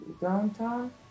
downtown